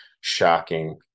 Shocking